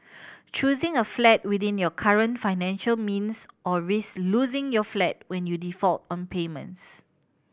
choosing a flat within your current financial means or risk losing your flat when you default on payments